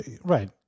right